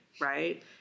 right